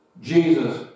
Jesus